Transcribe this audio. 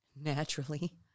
Naturally